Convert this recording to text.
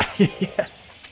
Yes